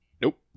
Nope